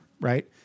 right